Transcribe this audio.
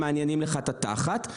מעניינים לך את התחת.